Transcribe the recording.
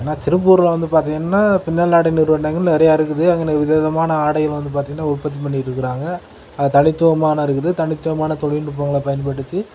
ஏன்னா திருப்பூரில் வந்து பார்த்திங்கன்னா பின்னலாடை நிறுவனங்கள் நிறையா இருக்குது அங்கன விதவிதமான ஆடைகள் வந்து பார்த்திங்கனா உற்பத்தி பண்ணிட்டுருக்குறாங்க அது தனித்துவமாலாம் இருக்குது தனித்துவமான தொழில் நுட்பங்களை பயன்படுத்தி